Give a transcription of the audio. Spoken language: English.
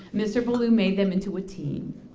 mr. ballou made them into a team.